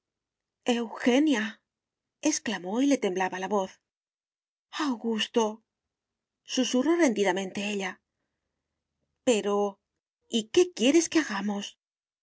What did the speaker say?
eugenia exclamó y le temblaba la voz augusto susurró rendidamente ella pero y qué quieres que hagamos